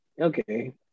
Okay